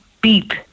beep